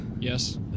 Yes